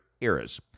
eras